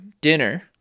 dinner